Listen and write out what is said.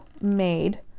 made